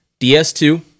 ds2